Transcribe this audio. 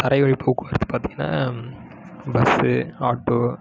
தரை வழி போக்குவரத்து பார்த்தீங்கனா பஸ்ஸு ஆட்டோ